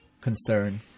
concern